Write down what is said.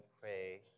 pray